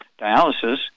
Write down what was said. dialysis